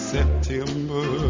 September